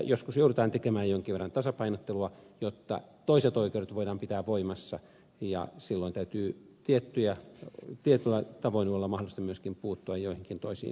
joskus joudutaan tekemään jonkin verran tasapainottelua jotta toiset oikeudet voidaan pitää voimassa ja silloin täytyy tietyllä tavoin olla mahdollista myöskin puuttua joihinkin toisiin oikeuksiin